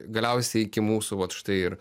galiausiai iki mūsų vat štai ir